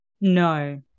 No